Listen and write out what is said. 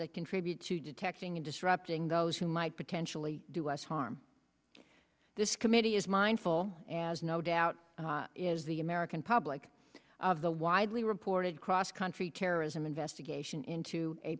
that contribute to detecting and disrupting those who might potentially do us harm this committee is mindful as no doubt is the american public of the widely reported cross country terrorism investigation into a